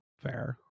fair